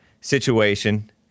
situation